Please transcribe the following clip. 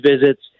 visits